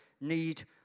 need